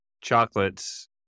Chocolates